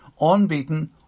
unbeaten